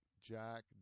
Jack